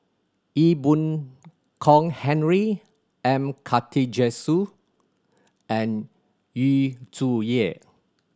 Ee Boon Kong Henry M Karthigesu and Yu Zhuye